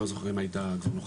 אני לא זוכר אם היית נוכח,